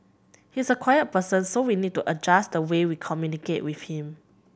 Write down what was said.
he's a quiet person so we need to adjust the way we communicate with him